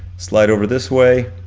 slide over this way,